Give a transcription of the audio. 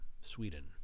Sweden